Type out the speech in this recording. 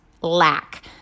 lack